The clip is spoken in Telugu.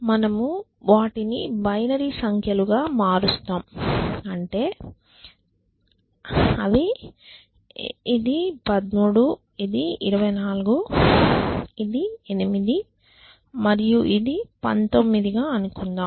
మనము వాటిని బైనరీ సంఖ్యలుగా మారుస్తాం అంటే అవి ఇది 13 ఇది 24 ఇది 8 మరియు ఇది 19 గా అనుకుందాం